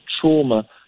trauma